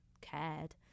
cared